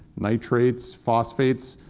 nitrates, phosphates.